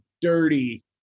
dirty